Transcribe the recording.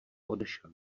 odešel